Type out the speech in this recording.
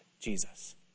Jesus